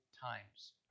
times